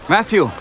Matthew